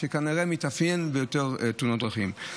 שכנראה מתאפיין ביותר תאונות דרכים.